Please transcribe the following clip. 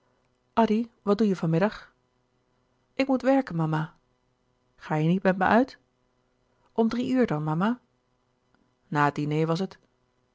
addy wat doe je van middag ik moet werken mama ga je niet met me uit om drie uur dan mama na het diner was het